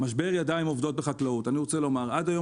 משבר ידיים עובדות בחקלאות עד היום